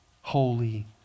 holy